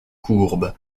courbe